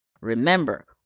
Remember